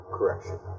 Correction